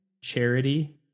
charity